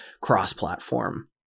cross-platform